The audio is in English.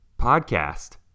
Podcast